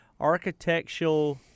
Architectural